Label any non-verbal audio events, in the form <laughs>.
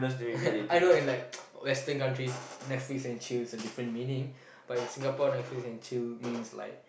<laughs> I know in like <noise> western countries Netflix and chill is a different meaning but in Singapore Netflix and chill means like